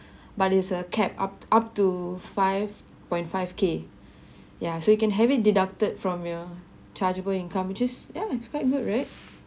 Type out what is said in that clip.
but it's a cap up up to five point five K ya so you can have it deducted from your chargeable income which is ya it's quite good right